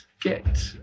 get